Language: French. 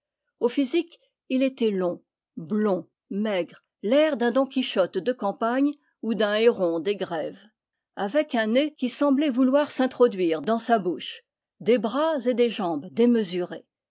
au physique il était long blond maigre l'air d'un don qui chotte de campagne ou d'un héron des grèves avec un nez qui semblait vouloir s'introduire dans sa bouche des bras et des jambes démesurés